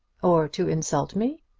or to insult me?